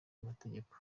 amategeko